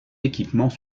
équipements